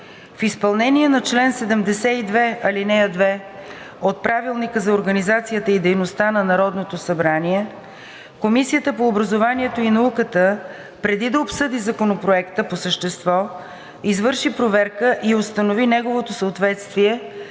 В изпълнение на чл. 72, ал. 2 от Правилника за организацията и дейността на Народното събрание Комисията по образованието и науката, преди да обсъди Законопроекта по същество, извърши проверка и установи неговото съответствие